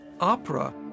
opera